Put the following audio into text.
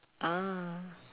ah